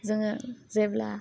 जोङो जेब्ला